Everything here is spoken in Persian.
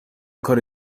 کار